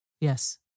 Yes